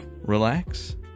relax